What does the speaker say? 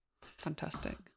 fantastic